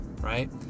right